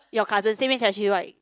your cousin same age as you right